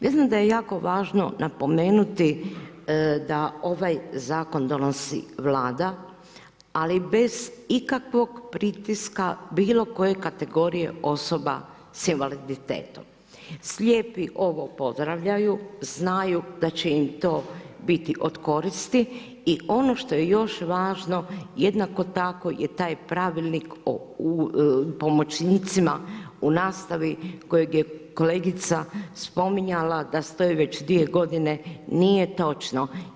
Mislim da je jako važno napomenuti da ovaj zakon donosi vlada, ali bez ikakvog pritiska bilo koje kategorije osoba s invaliditetom, slijepi ovo pozdravljaju, znaju da će im to biti od koristi i ono što je još važno, jednako tako je taj pravilnik o pomoćnicima u nastavi, kojeg je kolegica spominjala da stoje već 2 g. nije točno.